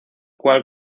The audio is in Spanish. cual